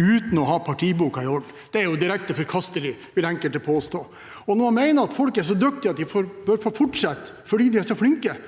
uten å ha partiboka i orden. Det er jo direkte forkastelig, vil enkelte påstå. Når man mener at folk er så dyktige at de bør få fortsette – fordi de er så flinke –